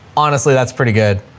honestly, that's pretty good.